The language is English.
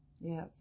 Yes